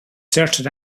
certain